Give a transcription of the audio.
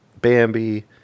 Bambi